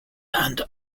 and